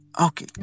Okay